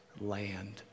land